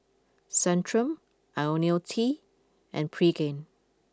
Centrum Ionil T and Pregain